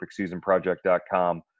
perfectseasonproject.com